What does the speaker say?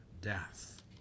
death